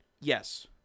Yes